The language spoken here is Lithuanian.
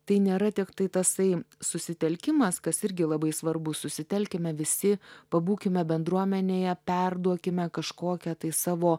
tai nėra tiktai tasai susitelkimas kas irgi labai svarbu susitelkime visi pabūkime bendruomenėje perduokime kažkokią tai savo